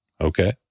okay